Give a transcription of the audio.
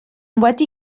wedi